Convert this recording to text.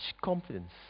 confidence